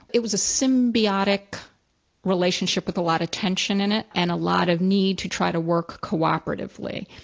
it was a symbiotic relationship with a lot of tension in it and a lot of need to try to work cooperatively.